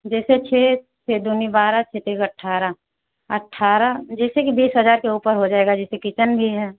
जेसे छः छः दूनी बारह छः तयूक अट्ठारह जैसे कि बीस हजार के ऊपर हो जाएगा जैसे कि किचन भी है